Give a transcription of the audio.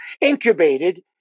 Incubated